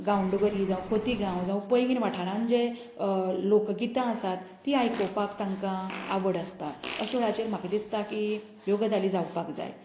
गांवडोंगरी जावं खोतीगांव जावं पैंगीण वाठारान जें लोकगितां आसात तीं आयुपाक तांकां आवड आसता अश्या वेळाचेर म्हाका दिसता की ह्यो गजाली जावपाक जाय